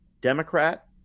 Democrat